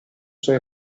suoi